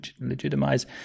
legitimize